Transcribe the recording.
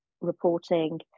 reporting